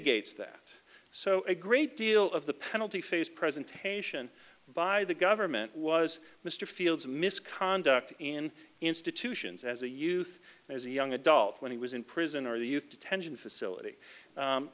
gates that so a great deal of the penalty phase presentation by the government was mr fields misconduct in institutions as a youth and as a young adult when he was in prison or the youth detention facility